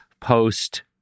post